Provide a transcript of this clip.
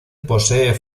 posee